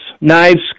knives